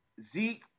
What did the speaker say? Zeke